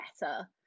better